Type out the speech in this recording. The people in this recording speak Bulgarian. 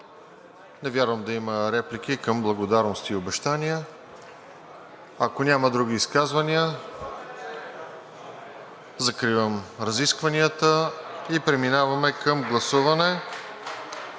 не вярвам да има реплики към благодарности и обещания. Ако няма други изказвания, закривам разискванията и преминаваме към гласуване.